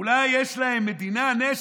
אולי יש להם מדינה, נשק?